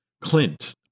Clint